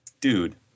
dude